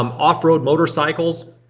um off road motorcycles.